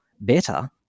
better